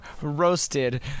roasted